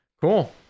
Cool